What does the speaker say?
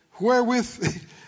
wherewith